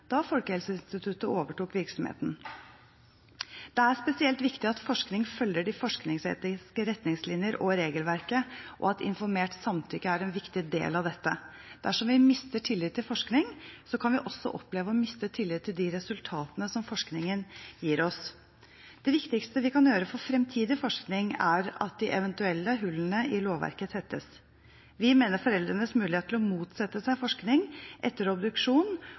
da Folkehelseinstituttet overtok virksomheten. Det er spesielt viktig at forskning følger de forskningsetiske retningslinjer og regelverket, og at informert samtykke er en viktig del av dette. Dersom vi mister tillit til forskning, kan vi også oppleve å miste tillit til de resultatene som forskningen gir oss. Det viktigste vi kan gjøre for framtidig forskning, er at de eventuelle hullene i lovverket tettes. Vi mener foreldrenes mulighet til å motsette seg forskning etter obduksjon